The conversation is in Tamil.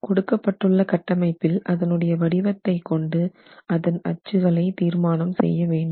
கொடுக்கப்பட்டுள்ள கட்டமைப்பில் அதனுடைய வடிவத்தைக் கொண்டு அதன் அச்சுகளை தீர்மானம் செய்ய வேண்டும்